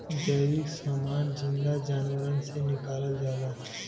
जैविक समान जिन्दा जानवरन से निकालल जाला